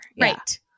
Right